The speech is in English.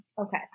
Okay